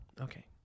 Okay